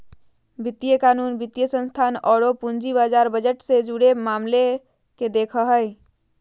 वित्तीय कानून, वित्तीय संस्थान औरो पूंजी बाजार बजट से जुड़े मामले के देखो हइ